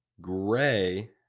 Gray